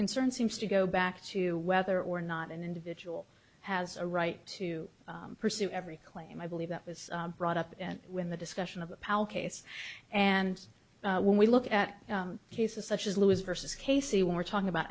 concern seems to go back to whether or not an individual has a right to pursue every claim i believe that was brought up and when the discussion of power case and when we look at cases such as lewis versus casey we're talking about